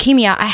leukemia